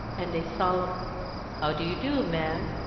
and a solemn how do you do, ma'am?